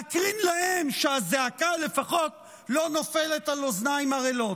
להקרין להם שהזעקה לפחות לא נופלת על אוזניים ערלות.